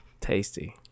tasty